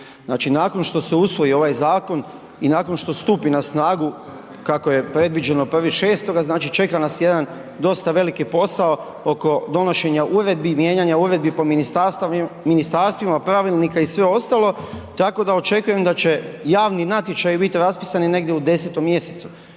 nakon što se usvoji ovaj zakon i nakon što stupi na snagu kako je predviđeno 1.6. znači čeka nas jedan dosta veliki posao oko donošenja uredbi, mijenjanja uredbi po ministarstvima, pravilnika i sve ostalo, tako da očekujem da će javni natječaji biti raspisani negdje u 10. mjesecu